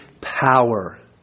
power